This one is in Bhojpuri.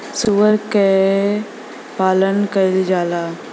सूअर क पालन कइल जाला